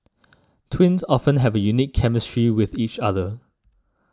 twins often have a unique chemistry with each other